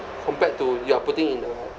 compared to you are putting in the